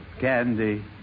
Candy